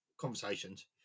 conversations